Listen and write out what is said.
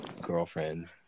girlfriend